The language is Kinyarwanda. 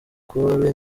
gaulle